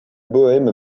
bohème